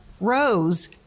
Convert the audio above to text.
Rose